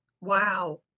Wow